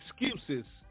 excuses